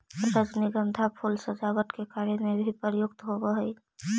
रजनीगंधा फूल सजावट के कार्य में भी प्रयुक्त होवऽ हइ